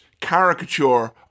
caricature